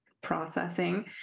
processing